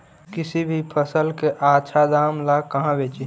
किसी भी फसल के आछा दाम ला कहा बेची?